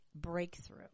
breakthrough